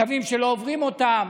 קווים שלא עוברים אותם,